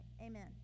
Amen